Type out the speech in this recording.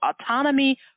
autonomy